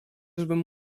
żebym